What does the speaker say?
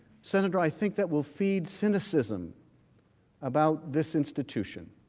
senator i think that will feed cynicism about this institution